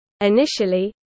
Initially